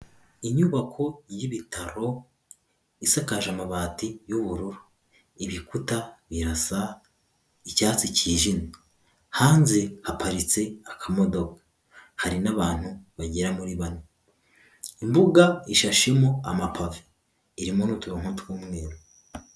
Inyubako y'ibitaro isakaje amabati y'ubururu. Ibikuta birasa icyatsi cyijimye. Hanze haparitse akamodoka. Hari n'abantu bagera muri bane. Imbuga ishashemo amapave. Irimo n'uturonko tw'umweru.